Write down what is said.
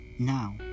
Now